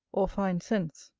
or fine sense.